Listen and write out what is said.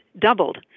doubled